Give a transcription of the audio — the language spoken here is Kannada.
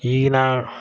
ಈಗಿನ